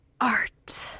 art